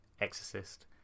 exorcist